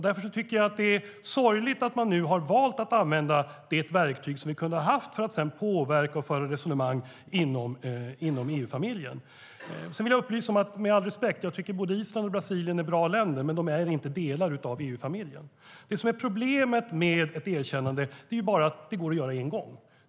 Därför tycker jag att det är sorgligt att man nu har valt att använda det verktyg som vi hade kunnat använda för att påverka och föra resonemang inom EU-familjen. Sedan vill jag upplysa om att jag tycker att både Island och Brasilien är bra länder, men de är inte delar av EU-familjen. Det som är problemet med ett erkännande är bara att det går att göra en gång.